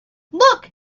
look